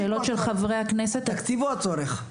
תקציב או הצורך?